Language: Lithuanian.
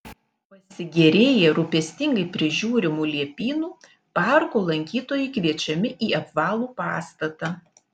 pasigėrėję rūpestingai prižiūrimu liepynu parko lankytojai kviečiami į apvalų pastatą